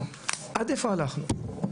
עד איפה הלכנו?